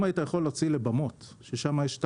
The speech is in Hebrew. אם היית יכול להוציא לבמות ששם יש את